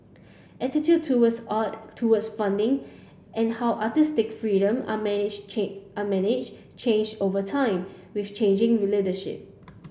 attitude towards art towards funding and how artistic freedom are are managed change over time with changing leadership